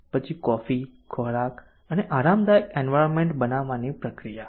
પછી કોફી ખોરાક અને આરામદાયક એન્વાયરમેન્ટ બનાવવાની પ્રક્રિયા